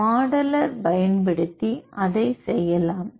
modeller பயன்படுத்தி அதைச் செய்யலாம்